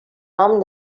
nom